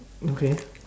okay